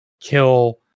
kill